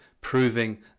proving